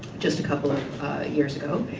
just a couple of years ago,